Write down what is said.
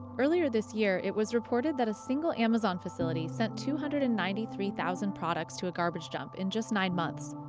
earlier this year it was reported that a single amazon facility sent two hundred and ninety three thousand products to a garbage dump in just nine months.